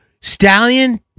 Stallion